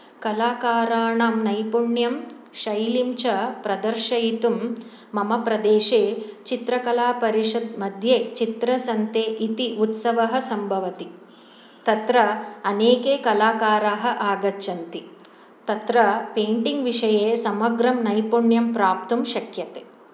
कलाकाराणां नैपुण्यं शैलीं च प्रदर्शयितुं मम प्रदेशे चित्रकलापरिषत् मध्ये चित्रसन्ते इति उत्सवः सम्भवति तत्र अनेके कलाकाराः आगच्छन्ति तत्र पेयिन्टिंग् विषये समग्रं नैपुण्यं प्राप्तुं शक्यते